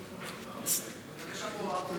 חבר הכנסת,